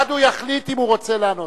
אם הוא רוצה לענות.